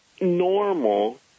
normal